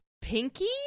pinky